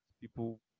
people